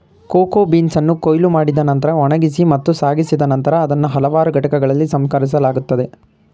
cocoa ಬೀನ್ಸನ್ನು ಕೊಯ್ಲು ಮಾಡಿದ ನಂತ್ರ ಒಣಗಿಸಿ ಮತ್ತು ಸಾಗಿಸಿದ ನಂತರ ಅವನ್ನು ಹಲವಾರು ಘಟಕಗಳಲ್ಲಿ ಸಂಸ್ಕರಿಸಲಾಗುತ್ತದೆ